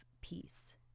peace